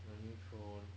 your new throne